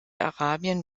arabien